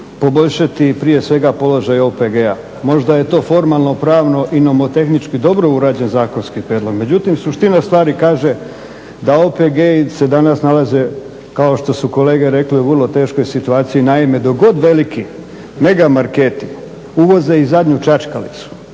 poboljšati prije svega položaj OPG-a, možda je to formalno pravno i nomotehnički dobro urađen zakonski prijedlog. Međutim, suština stvari kaže da OPG-i se danas nalaze kao što su kolege rekli u vrlo teškoj situaciji. Naime, dok god veliki mega marketi uvoze i zadnju čačkalicu,